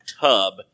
tub